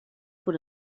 por